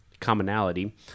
commonality